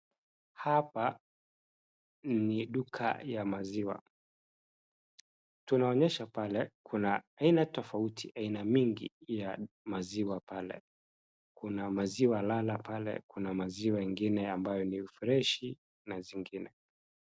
Hapa ni duka ya maziwa. Tunaonyesha pale kuna aina tofauti, aina nyingi ya maziwa pale. Kuna maziwa lala pale, kuna maziwa ingine ambayo ni freshi na zingine.